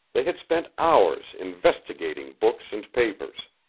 they had spent hours investigating books and papers.